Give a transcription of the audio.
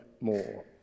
more